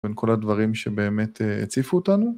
בין כל הדברים שבאמת הציפו אותנו.